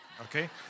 Okay